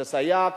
לסייע,